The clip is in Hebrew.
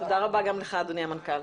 תודה רבה גם לך אדוני המנכ"ל.